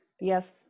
Yes